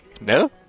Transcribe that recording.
No